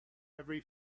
every